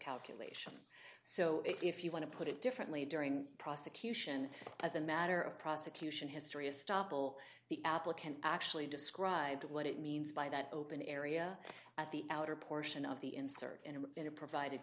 calculation so if you want to put it differently during prosecution as a matter of prosecution history of stoppel the applicant actually described what it means by that open area at the outer portion of the insert